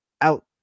out